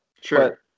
Sure